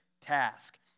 task